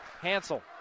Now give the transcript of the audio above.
Hansel